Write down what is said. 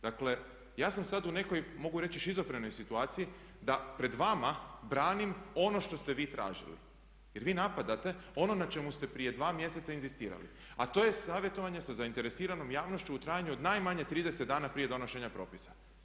Dakle, ja sam sada u nekoj, mogu reći šizofrenoj situaciji da pred vama branim ono što ste vi tražili, jer vi napadate ono na čemu ste prije 2 mjeseca inzistirali a to je savjetovanje sa zainteresiranom javnošću u trajanju od najmanje 30 dana prije donošenja propisa.